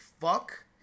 fuck